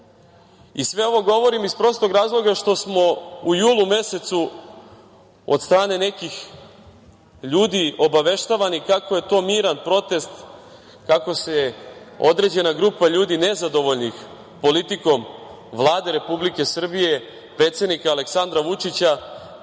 nas? Sve ovo govorim iz prostog razloga što smo u julu mesecu od strane nekih ljudi obaveštavani kako je to miran protest, kako se određena grupa ljudi, nezadovoljnih politikom Vlade Republike Srbije, predsednika Aleksandra Vučića,